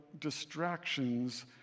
distractions